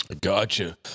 Gotcha